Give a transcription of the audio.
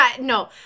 no